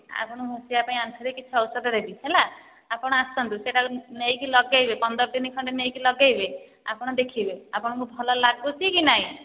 ଆପଣଙ୍କୁ ଘଷିବା ପାଇଁ ଆଣ୍ଠୁରେ କିଛି ଔଷଧ ଦେବି ହେଲା ଆପଣ ଆସନ୍ତୁ ସେଇଟାକୁ ନେଇକି ଲଗାଇବେ ପନ୍ଦର ଦିନ ଖଣ୍ଡେ ନେଇକି ଲଗାଇବେ ଆପଣ ଦେଖିବେ ଆପଣଙ୍କୁ ଭଲ ଲାଗୁଛି କି ନାହିଁ